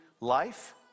life